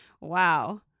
wow